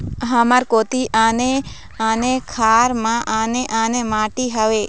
हमर कोती आने आने खार म आने आने माटी हावे?